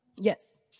Yes